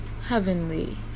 heavenly